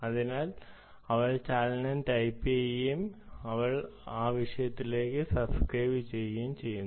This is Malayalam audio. അതിനാൽ അവൾ മോഷൻ ടൈപ്പുചെയ്യുകയും അവൾ ആ വിഷയത്തിലേക്ക് സബ്സ്ക്രൈബുചെയ്യുകയും ചെയ്യും